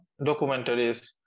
documentaries।